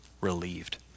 relieved